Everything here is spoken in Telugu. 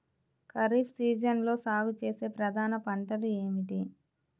ఖరీఫ్ సీజన్లో సాగుచేసే ప్రధాన పంటలు ఏమిటీ?